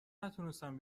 نتونستم